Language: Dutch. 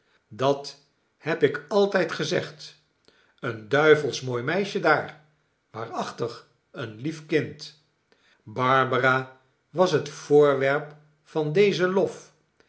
dat heb ik altijd gezegd een duivelsch mooi meisje daar waarachtig een lief kind barbara was het voorwerp van dezen lof